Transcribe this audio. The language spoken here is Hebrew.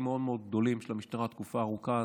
מאוד מאוד גדולים של המשטרה כבר תקופה ארוכה.